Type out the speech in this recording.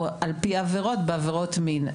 הוא על פי עבירות בעבירות מין.